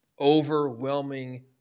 overwhelming